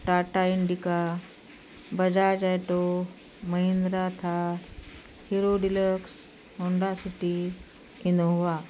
Tata Indica Bajaj auto Mahindra Thar hero deluxe Honda city Innova